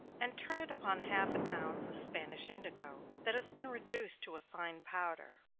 and turn it upon half an ounce of spanish indigo, that has been reduced to a fine powder.